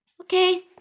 Okay